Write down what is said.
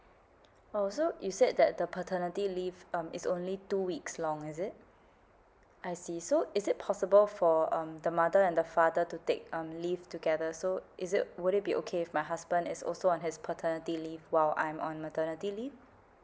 oh so you said that the paternity leave um is only two weeks long is it I see so is it possible for um the mother and the father to take um leave together so is it would it be okay if my husband is also on his paternity leave while I'm on maternity leave